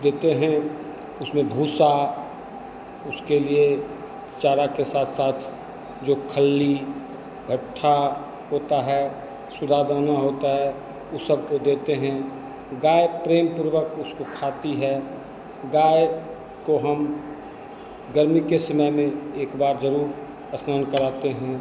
देते हैं उसमें भूसा उसके लिए चारा के साथ साथ जो खल्ली गट्ठा होता है सुदादाना होता है ऊ सबको देते हैं गाय प्रेमपूर्वक उसको खाती है गाय को हम गर्मी के समय में एक बार ज़रूर स्नान कराते हैं